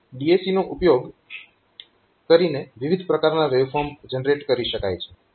DAC નો ઉપયોગ કરીને વિવિધ પ્રકારના વેવફોર્મ જનરેટ કરી શકાય છે